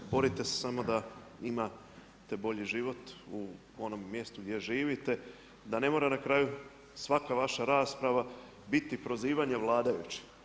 Borite te samo da imate bolji život u onom mjestu gdje živite da ne mora na kraju svaka vaša rasprava biti prozivanje vladajućih.